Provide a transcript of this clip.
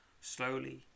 Slowly